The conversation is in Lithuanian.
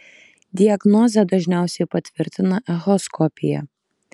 diagnozę dažniausiai patvirtina echoskopija